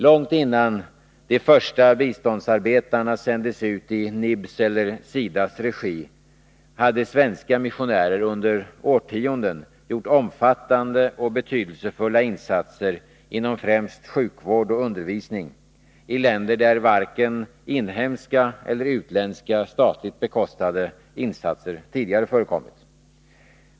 Långt innan de första biståndsarbetarna sändes ut i NIB:s eller SIDA:s regi hade svenska missionärer under årtionden gjort omfattande och betydelsefulla insatser inom främst sjukvård och undervisning i länder där varken inhemska eller utländska, statligt bekostade insatser tidigare förekommit.